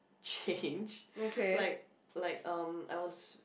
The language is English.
change like like (um)I was